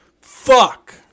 Fuck